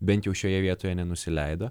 bent jau šioje vietoje nenusileido